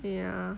ya